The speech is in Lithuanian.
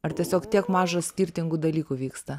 ar tiesiog tiek mažas skirtingų dalykų vyksta